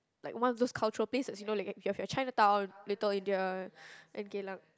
like one of those cultural places you know like you have have Chinatown Little-India and Geylang